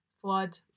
flood